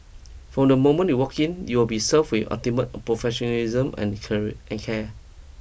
from the moment you walk in you will be served with ultimate professionalism and carry and care